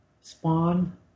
spawn